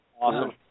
Awesome